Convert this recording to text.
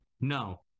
No